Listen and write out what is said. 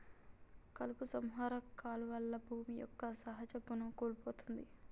కలుపు సంహార కాలువల్ల భూమి యొక్క సహజ గుణం కోల్పోతుంది